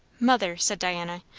mother, said diana,